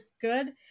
good